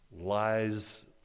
lies